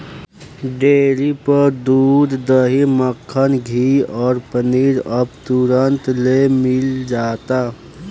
dairy पर दूध, दही, मक्खन, घीव आ पनीर अब तुरंतले मिल जाता